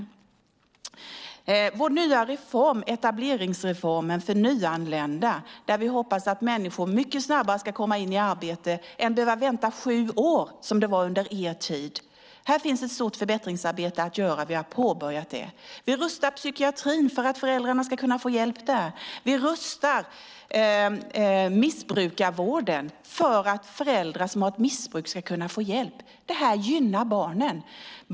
Med vår nya reform, etableringsreformen för nyanlända, hoppas vi att människor mycket snabbare ska komma in i arbete än att behöva vänta i sju år, som under er tid. Det finns ett stort förbättringsarbete att göra; vi har påbörjat det. Vi rustar psykiatrin för att föräldrarna ska kunna få hjälp. Vi rustar missbrukarvården för att föräldrar som har ett missbruk ska kunna få hjälp. Det gynnar barnen.